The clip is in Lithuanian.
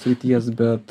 srities bet